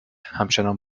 همچنان